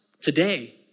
today